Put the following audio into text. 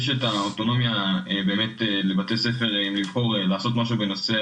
יש את האוטונומיה לבתי הספר לעשות משהו בנושא